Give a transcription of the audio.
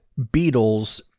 Beatles